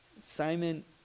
Simon